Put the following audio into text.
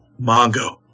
Mongo